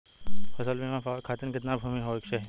फ़सल बीमा पावे खाती कितना भूमि होवे के चाही?